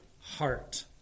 heart